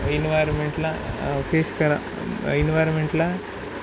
इन्वयरमेंटला face करा इनवयरमेंटला